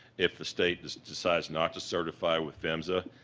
if the state decides not to certify with phmsa,